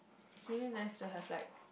it's really nice to have like